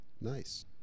nice